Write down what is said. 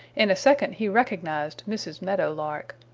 in a second he recognized mrs. meadow lark.